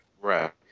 Right